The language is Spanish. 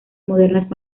modernas